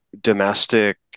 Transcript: domestic